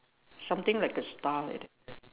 something like a star like that